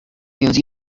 więc